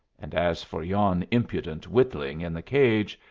and as for yon impudent witling in the cage,